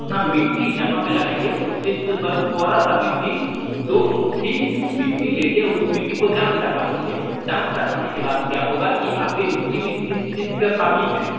अपना मिट्टी जहां पर लगाएंगे उस चीज से बस थोड़ा सा मिट्टी दो मुट्ठी मिट्टी ले कर उस मिट्टी को जांच करवा लीजिए जांच करवाने के बाद क्या होगा कि आपके मिट्टी में किस चीज के कमी हैं